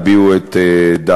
הביעו את דעתם.